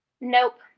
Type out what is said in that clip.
Nope